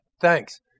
thanks